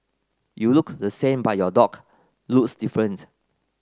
you look the same but your dog looks different